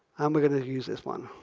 um we're going to use this one.